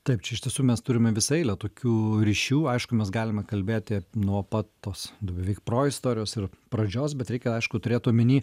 taip čia iš tiesų mes turime visą eilę tokių ryšių aišku mes galime kalbėti nuo pat tos beveik proistorijos ir pradžios bet reikia aišku turėt omeny